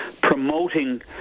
promoting